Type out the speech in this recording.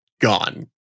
gone